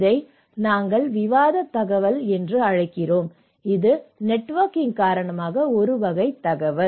இதை நாங்கள் விவாதத் தகவல் என்று அழைக்கிறோம் இது நெட்வொர்க்கிங் காரணமாக ஒரு வகை தகவல்